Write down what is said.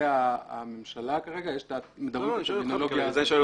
הממשלה כרגע מדברים על טרמינולוגיה שונה.